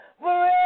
Forever